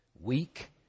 Weak